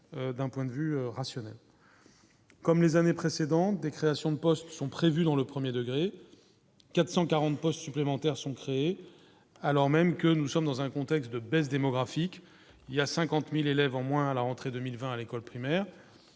d'un point de vue rationnel comme les années précédentes. Créations de postes sont prévues dans le 1er degré 440 postes supplémentaires sont créés. Alors même que nous sommes dans un contexte de baisse démographique, il y a 50000 élèves en moins à la rentrée 2020 à l'école primaire